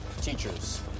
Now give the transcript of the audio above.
teachers